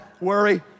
worry